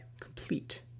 complete